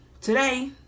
Today